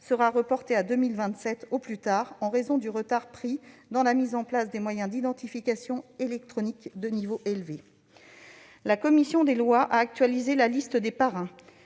sera reportée à 2027 au plus tard, en raison du retard pris dans la mise en place de moyens d'identification électronique offrant un niveau de garantie élevé. La commission des lois a actualisé la liste des parrains,